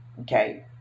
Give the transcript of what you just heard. okay